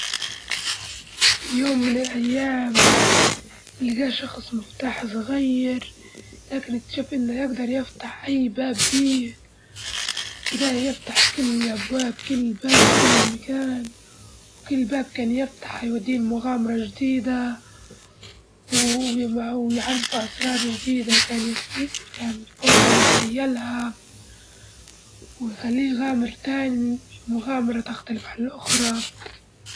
في يوم من الأيام، لجى شخص مفتاح صغير، لكن اكتشف إنه يجدر يفتح أي باب بيه، بدا يفتح كل الأبواب كل باب كل مكان، وكل الباب كان يفتحه يوديه لمغامرة جديدة ويعرفه أسرار جديدة كان يخ- ي- كان فوق ما يتخيلها ويخليه يغامر تاني مغامرة تختلف عن الأخرى.